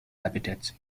habitats